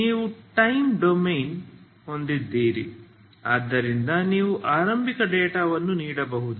ನೀವು time domain ಹೊಂದಿದ್ದೀರಿ ಆದ್ದರಿಂದ ನೀವು ಆರಂಭಿಕ ಡೇಟಾವನ್ನು ನೀಡಬಹುದು